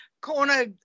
corner